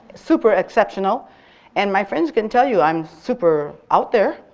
super exceptional and my friends can tell you, i'm super out there.